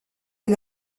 est